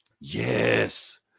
yes